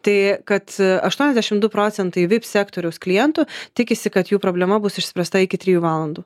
tai kad aštuoniasdešim du procentai vip sektoriaus klientų tikisi kad jų problema bus išspręsta iki trijų valandų